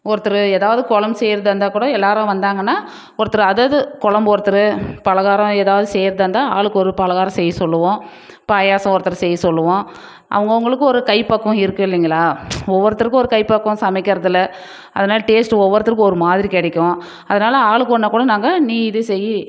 ஒருத்தர் எதாவது குழம்பு செய்கிறதா இருந்தால் கூட எல்லோரும் வந்தாங்கன்னால் ஒருத்தர் அததது குழம்பு ஒருத்தர் பலகாரம் எதாவது செய்கிறதா இருந்தால் ஆளுக்கு ஒரு பலகாரம் செய்யச் சொல்லுவோம் பாயசம் ஒருத்தரை செய்யச் சொல்லுவோம் அவங்கவங்களுக்கு ஒரு ஒரு கைப்பக்குவம் இருக்குது இல்லைங்களா ஒவ்வொருத்தருக்கும் ஒரு கைப்பக்குவம் சமைக்கிறதில் அதனால் டேஸ்ட் ஒவ்வொருத்தருக்கும் ஒரு மாதிரி கிடைக்கும் அதனால் ஆளுக்கு ஒன்றாக் கூட நாங்கள் நீ இதை செய்